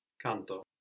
Canto